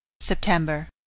September